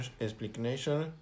explanation